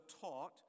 taught